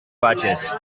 vages